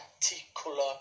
particular